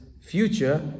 future